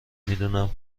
میدونم